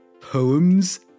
poems